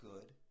good